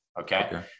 okay